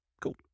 Cool